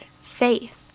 faith